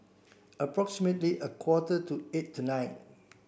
approximately a quarter to eight tonight